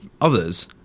others